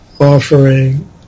offering